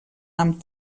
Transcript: amb